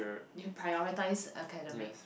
you prioritise academic